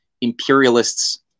imperialists